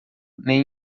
nem